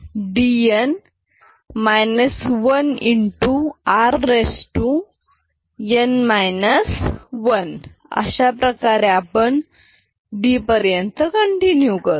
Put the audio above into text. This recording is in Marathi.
या केस मधे dn rn r dn 1r अशा प्रकारे आपण d पर्यंत कंटीन्यू करू